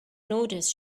notice